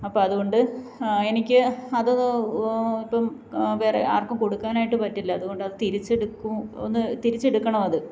അപ്പോള് അതുകൊണ്ട് എനിക്ക് അത് ഇപ്പോള് വേറെ ആർക്കും കൊടുക്കാനായിട്ട് പറ്റില്ല അതുകൊണ്ടത് ഒന്ന് തിരിച്ചെടുക്കണം അത്